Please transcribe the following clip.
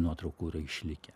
nuotraukų yra išlikę